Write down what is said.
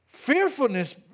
Fearfulness